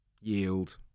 yield